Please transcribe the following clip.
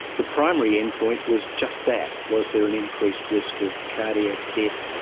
the primary endpoint was just that was there an increased risk of cardiac death,